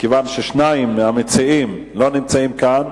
מכיוון ששניים מהמציעים לא נמצאים כאן,